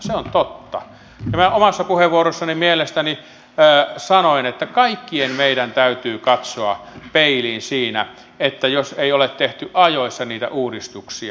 se on totta ja minä omassa puheenvuorossani mielestäni sanoin että kaikkien meidän täytyy katsoa peiliin siinä jos ei ole tehty ajoissa niitä uudistuksia